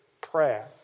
prayer